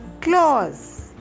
claws